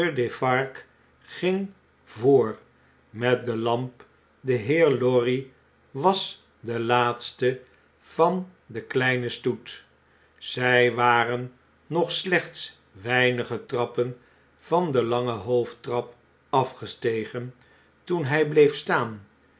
ging voor met de lamp de heer lorry was de laatste van den kleinen stoet zij waren nog slechts weinige trappen van de lange hoofdtrap afgestegen toen hij bleef staan